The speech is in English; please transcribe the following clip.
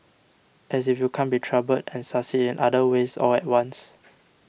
as if you can't be troubled and succeed in other ways all at once